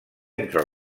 entre